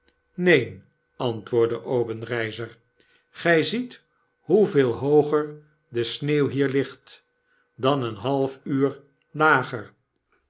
neen antwoordde obenreizer gy ziet hoeveel hooger de sneeuw hier ligt dan een half uur lager